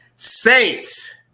Saints